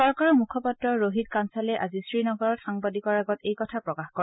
চৰকাৰৰ মুখপাত্ৰ ৰোহিত কাঞ্চালে আজি শ্ৰীনগৰত সাংবাদিকৰ আগত এই কথা প্ৰকাশ কৰে